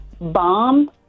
bomb